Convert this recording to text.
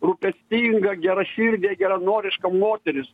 rūpestinga geraširdė geranoriška moteris